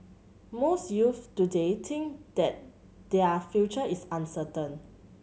most youths today think that their future is uncertain